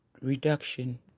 reduction